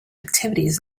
activities